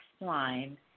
line